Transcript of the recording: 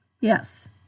Yes